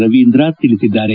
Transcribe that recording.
ರವೀಂದ್ರ ತಿಳಿಸಿದ್ದಾರೆ